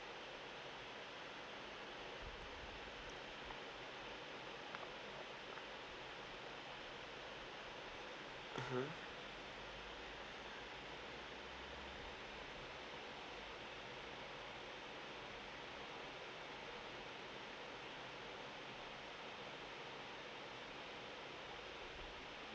mmhmm